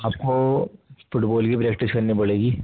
آپ کو football کی پریکٹس کرنے پڑے گی